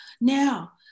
now